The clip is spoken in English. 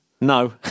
No